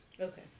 Okay